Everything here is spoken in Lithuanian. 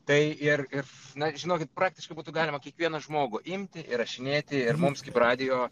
tai ir ir na žinokit praktiškai būtų galima kiekvieną žmogų imti įrašinėti ir mums kaip radijo